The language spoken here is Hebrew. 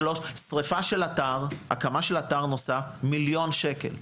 שריפה של אתר, הקמה של אתר נוסף, מיליון שקל.